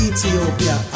Ethiopia